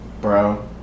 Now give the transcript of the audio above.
Bro